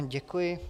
Děkuji.